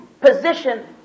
position